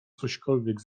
cośkolwiek